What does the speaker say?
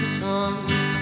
songs